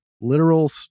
literal